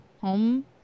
home